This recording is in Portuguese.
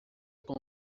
com